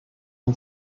dem